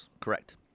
correct